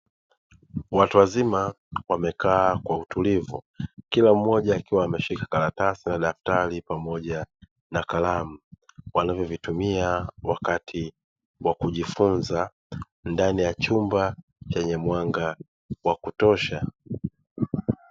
Watu wazima wamekaa kwa utulivu kila mmoja akiwa ameshika karatasi na daftari pamoja na kalamu, wanavyovitumia wakati wa kujifunza, ndani ya chumba chenye mwanga wa kutosha.